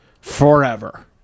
forever